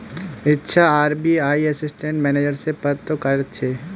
इच्छा आर.बी.आई त assistant manager रे पद तो कार्यरत छे